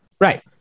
right